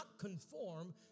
conform